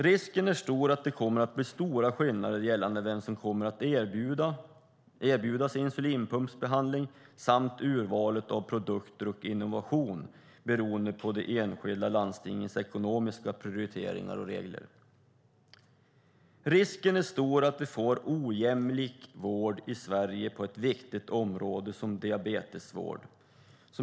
Risken är stor att det kommer att bli stora skillnader när det gäller vem som kommer att erbjudas insulinpumpsbehandling samt urvalet av produkter och innovationer beroende på de enskilda landstingens ekonomiska prioriteringar och regler. Risken är stor att vi får en ojämlik vård i Sverige på ett viktigt område som diabetesvård.